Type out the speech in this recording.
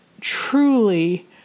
truly